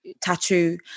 tattoo